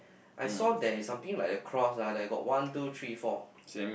I saw there is something like the cross ah like got one two three four